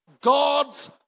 God's